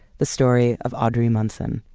the story of audrey munson.